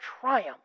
triumph